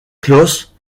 klaus